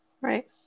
Right